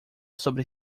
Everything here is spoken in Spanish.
sobre